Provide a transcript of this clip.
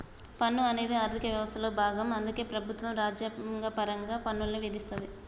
పన్ను అనేది ఆర్థిక వ్యవస్థలో భాగం అందుకే ప్రభుత్వం రాజ్యాంగపరంగా పన్నుల్ని విధిస్తది